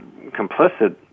complicit